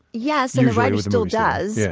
yes, and the writer still does. yeah